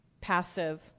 passive